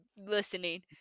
listening